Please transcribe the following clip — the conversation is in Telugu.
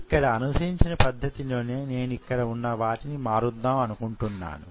ఇక్కడ అనుసరించిన పద్ధతి లోనే నేను ఇక్కడ వున్న వాటిని మారుద్దాం అనుకుంటున్నాను